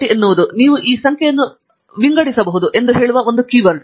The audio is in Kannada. unsrt ಎನ್ನುವುದು ನೀವು ಈ ಸಂಖ್ಯೆಯನ್ನು ವಿಂಗಡಿಸಬಹುದು ಎಂದು ಹೇಳುವ ಒಂದು ಕೀವರ್ಡ್